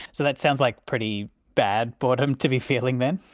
so that sounds like pretty bad boredom to be feeling then.